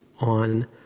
on